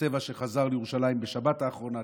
הצבע חזר לירושלים בשבת האחרונה,